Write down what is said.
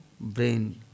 brain